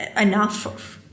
enough